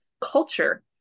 culture